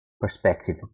perspective